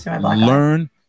Learn